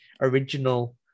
original